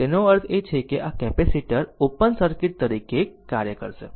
તેનો અર્થ એ કે આ કેપેસીટર ઓપન સર્કિટ તરીકે કાર્ય કરશે